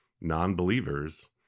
non-believers